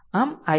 આમ i1 એ 0